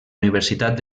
universitat